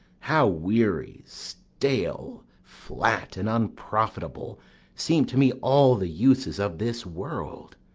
how weary, stale, flat, and unprofitable seem to me all the uses of this world!